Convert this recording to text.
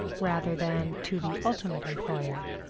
rather than to the ultimate employer,